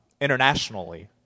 internationally